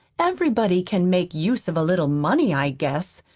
everybody can make use of a little money, i guess.